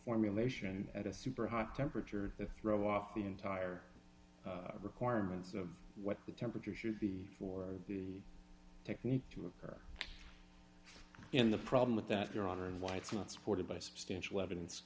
formulation at a super hot temperature to throw off the entire requirements of what the temperature should be for the technique to occur in the problem with that your honor and why it's not supported by substantial evidence